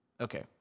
Okay